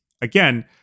Again